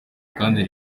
kandi